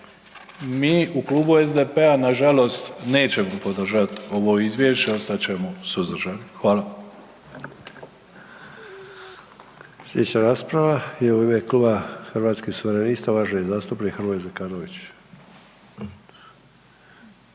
mi u Klubu SDP-a nažalost nećemo podržati ovo Izvješće, ostat ćemo suzdržani. Hvala. **Sanader, Ante (HDZ)** Sljedeća rasprava je u ime Kluba Hrvatskih suverenista, uvaženi zastupnik Hrvoje Zekanović.